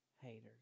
Haters